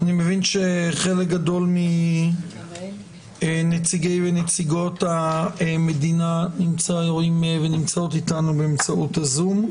אני מבין שחלק גדול מנציגי המדינה נמצאים איתנו באמצעות הזום.